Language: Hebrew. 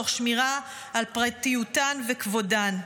תוך שמירה על פרטיותן וכבודן.